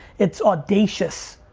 it's audacious